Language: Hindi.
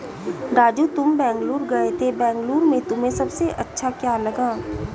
राजू तुम बेंगलुरु गए थे बेंगलुरु में तुम्हें सबसे अच्छा क्या लगा?